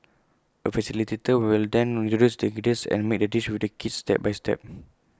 A facilitator will then introduce the ingredients and make the dish with the kids step by step